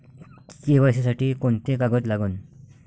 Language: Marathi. के.वाय.सी साठी कोंते कागद लागन?